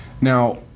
Now